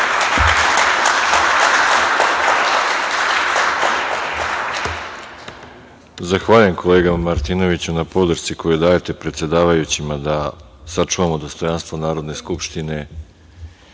Zahvaljujem, kolega Martinoviću, na podršci koju dajete predsedavajućima da sačuvamo dostojanstvo Narodne skupštine. Svakako,